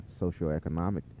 socioeconomic